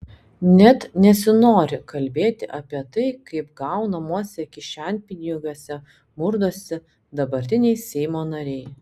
net nesinori kalbėti apie tai kaip gaunamuose kišenpinigiuose murdosi dabartiniai seimo nariai